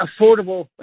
affordable